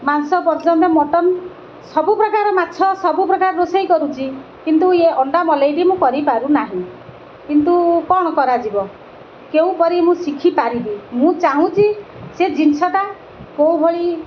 ମାଂସ ପର୍ଯ୍ୟନ୍ତ ମଟନ୍ ସବୁପ୍ରକାର ମାଛ ସବୁପ୍ରକାର ରୋଷେଇ କରୁଛି କିନ୍ତୁ ଇଏ ଅଣ୍ଡା ମଲେଇଟି ମୁଁ କରିପାରୁ ନାହିଁ କିନ୍ତୁ କ'ଣ କରାଯିବ କେଉଁପରି ମୁଁ ଶିଖିପାରିବି ମୁଁ ଚାହୁଁଛି ସେ ଜିନିଷଟା କୋଉ ଭଳି